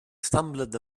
stumbled